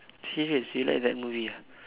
serious you like that movie ah